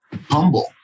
humble